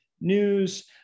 news